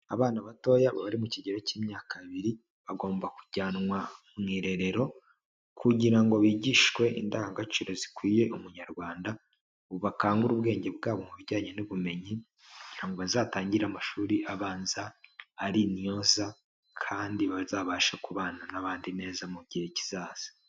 Abana batoya bari mu kigero cy'imyaka ibiri, bagomba kujyanwa mu irerero, kugira ngo bigishwe indangagaciro zikwiye Umunyarwanda, bakangure ubwenge bwabo mu bijyanye n'ubumenyi, kugira ngo bazatangire amashuri abanza ari intyoza, kandi bazabashe kubana n'abandi neza mu gihe kizaza.